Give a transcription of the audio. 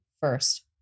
first